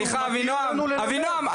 סליחה, אבינעם.